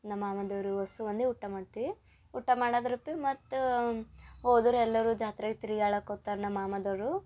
ನಮ್ಮ ಮಾಮಂದಿರು ಒಸು ಒಂದೇ ಊಟ ಮಾಡ್ತೀವಿ ಊಟ ಮಾಡಿ ಆದ್ರುಪೆ ಮತ್ತು ಹೋದ್ರು ಎಲ್ಲರೂ ಜಾತ್ರೆಗೆ ತಿರ್ಗ್ಯಾಡಕ್ಕೆ ಹೋಗ್ತಾರ್ ನಮ್ಮ ಮಾಮದೋರು